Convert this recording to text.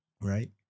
Right